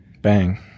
Bang